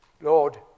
Lord